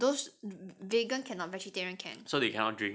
cannot those vegan cannot vegetarian can